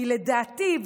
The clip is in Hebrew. כי לדעתי,